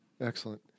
Excellent